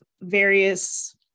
various